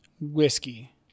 whiskey